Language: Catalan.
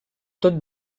tot